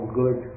good